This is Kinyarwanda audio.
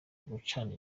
gucana